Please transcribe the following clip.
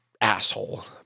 asshole